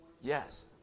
Yes